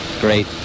Great